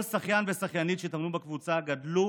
כל שחיין ושחיינית שהתאמנו בקבוצה גדלו